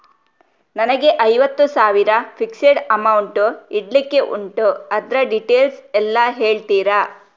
ನನಗೆ ಐವತ್ತು ಸಾವಿರ ಫಿಕ್ಸೆಡ್ ಅಮೌಂಟ್ ಇಡ್ಲಿಕ್ಕೆ ಉಂಟು ಅದ್ರ ಡೀಟೇಲ್ಸ್ ಎಲ್ಲಾ ಹೇಳ್ತೀರಾ?